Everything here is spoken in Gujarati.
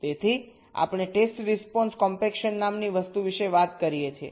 તેથી આપણે ટેસ્ટ રિસ્પોન્સ કોમ્પેક્શન નામની વસ્તુ વિશે વાત કરીએ છીએ